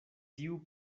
tiu